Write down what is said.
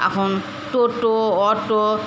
এখন টোটো অটো